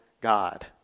God